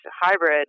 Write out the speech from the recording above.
hybrid